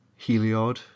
Heliod